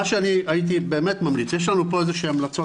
מה שאני הייתי באמת ממליץ, יש לנו פה המלצות.